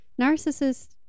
Narcissists